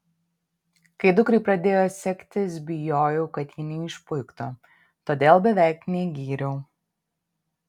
kai dukrai pradėjo sektis bijojau kad ji neišpuiktų todėl beveik negyriau